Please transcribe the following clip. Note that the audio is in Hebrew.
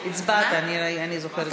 הצבעת, אני זוכרת.